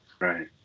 Right